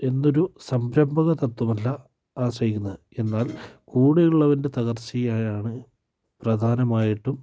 എന്നൊരു സംരംഭക തത്വമല്ല ആ ചെയ്യുന്നത് എന്നാൽ കൂടെയുള്ളവൻ്റെ തകർച്ചയാണ് പ്രധാനമായിട്ടും